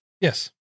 Yes